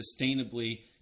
sustainably